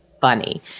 funny